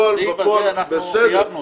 בסעיף הזה חייבנו אותם.